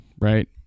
right